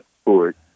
sport